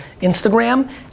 Instagram